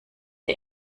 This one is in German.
die